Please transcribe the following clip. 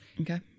Okay